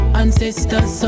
ancestors